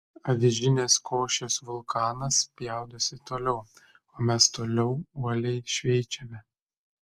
avižinės košės vulkanas spjaudosi toliau o mes toliau uoliai šveičiame